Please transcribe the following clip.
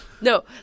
No